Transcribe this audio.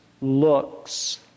looks